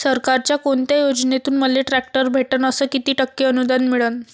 सरकारच्या कोनत्या योजनेतून मले ट्रॅक्टर भेटन अस किती टक्के अनुदान मिळन?